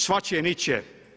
Svačije, ničije.